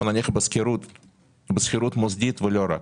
או נניח בשכירות מוסדית, ולא רק.